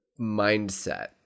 mindset